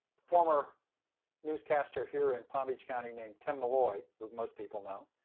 former newscaster here in palm beach county named tim malloy who most people know,